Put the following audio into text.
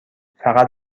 فقط